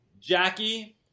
Jackie